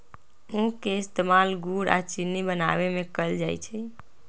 उख के इस्तेमाल गुड़ आ चिन्नी बनावे में कएल जाई छई